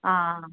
आं